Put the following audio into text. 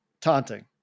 Taunting